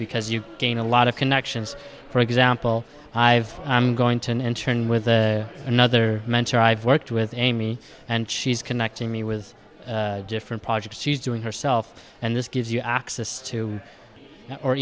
because you gain a lot of connections for example i have i'm going to an intern with the another mentor i've worked with amy and she's connecting me with different projects she's doing herself and this gives you access to or